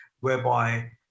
whereby